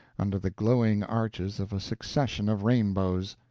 under the glowing arches of a succession of rainbows.